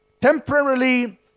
Temporarily